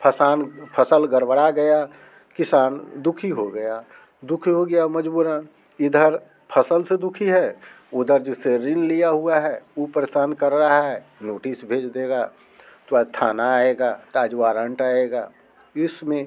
फसल गड़बड़ा गया किसान दुखी हो गया दुखी हो गया मजबूरन इधर फसल से दुखी है उधर जिससे ऋण लिया हुआ है उ परेशान कर रहा है नोटिस भेज देगा तो आज थाना आएगा तो आज वारंट आएगा इसमें